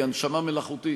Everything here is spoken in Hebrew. שהיא הנשמה מלאכותית,